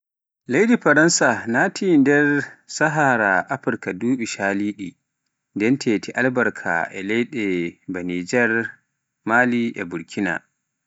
Leydi Faransa naati nder sahara Afrika e duɓi calidi nden titi albarka leyde ba Najer, Mali e Burkina.